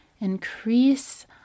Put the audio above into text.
increase